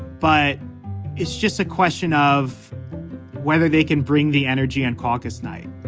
but it's just a question of whether they can bring the energy on caucus night